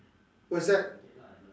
what's that